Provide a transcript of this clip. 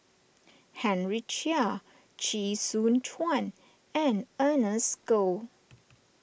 Henry Chia Chee Soon Juan and Ernest Goh